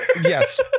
Yes